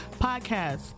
podcast